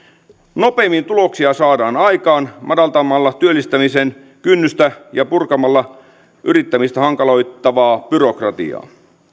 nopeimmin tuloksia saadaan aikaan madaltamalla työllistämisen kynnystä ja purkamalla yrittämistä hankaloittavaa byrokratiaa